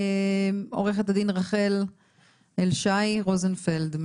עורכת הדין רחל אל-שי רוזנפלד,